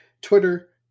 Twitter